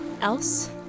else